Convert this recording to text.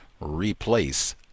replace